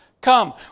come